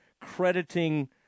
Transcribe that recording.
crediting